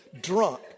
drunk